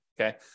okay